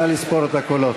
נא לספור את הקולות.